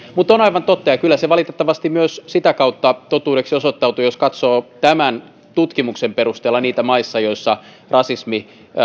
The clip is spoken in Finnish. mutta on aivan totta ja kyllä se valitettavasti myös sitä kautta totuudeksi osoittautuu jos katsoo tämän tutkimuksen perusteella niitä maita joissa rasismi